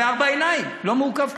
בארבע עיניים: לא מעוכב כלום.